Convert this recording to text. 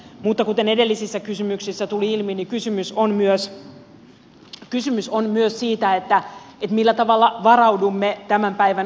mutta kuten edellisissä kysymyksissä tuli ilmi kysymys on myös siitä millä tavalla varaudumme tämän päivän sotilaallisiin uhkiin